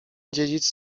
dziedzic